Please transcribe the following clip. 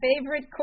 favorite